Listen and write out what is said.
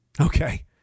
Okay